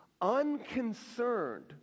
unconcerned